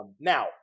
Now